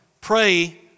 pray